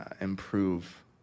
improve